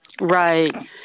Right